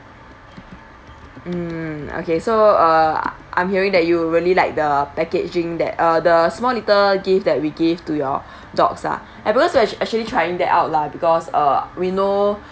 mm okay so uh I'm hearing that you really like the packaging that uh the small little gift that we give to your dogs lah eh because we're actual actually trying that out lah because uh we know